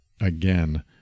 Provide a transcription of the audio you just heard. again